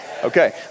Okay